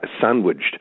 sandwiched